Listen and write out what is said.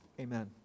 Amen